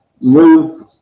move